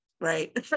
right